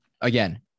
Again